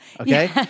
Okay